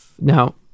Now